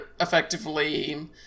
effectively